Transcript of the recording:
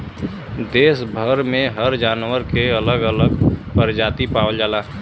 देस भर में हर जानवर के अलग अलग परजाती पावल जाला